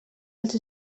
els